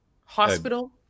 hospital